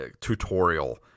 tutorial